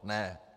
Ne.